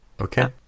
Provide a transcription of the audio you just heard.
Okay